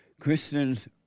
Christians